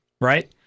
right